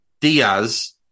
Diaz